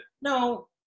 no